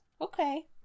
Okay